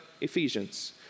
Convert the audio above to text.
Ephesians